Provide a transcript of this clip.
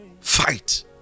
fight